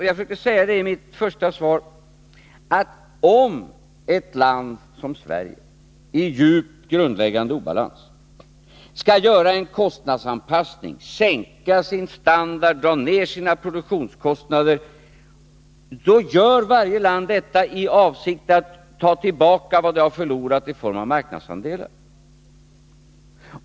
Jag försökte säga i mitt första svar att om ett land som Sverige befinner sig i en djupt grundläggande obalans och skall göra en kostnadsanpassning — sänka sin standard och dra ned sina produktionskostnader — då gör Sverige det, liksom varje annat land, genom att ta tillbaka vad man förlorat i form av marknadsandelar.